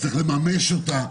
צריך לממש אותה.